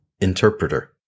Interpreter